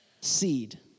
seed